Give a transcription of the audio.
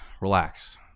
relax